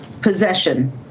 possession